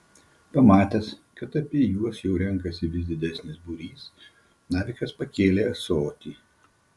pamatęs kad apie juos jau renkasi vis didesnis būrys navikas pakėlė ąsotį